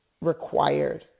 required